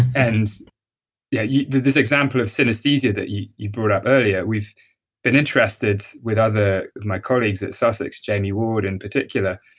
and yeah this example of synesthesia that you you brought up earlier, we've been interested with other of my colleagues at sussex, jamie ward in particular,